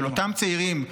של אותם צעירים,